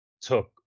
took